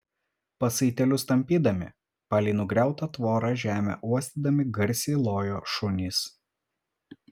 pasaitėlius tampydami palei nugriautą tvorą žemę uostydami garsiai lojo šunys